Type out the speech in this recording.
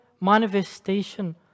manifestation